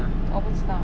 我不知道